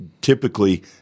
typically